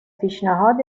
پیشنهاد